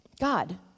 God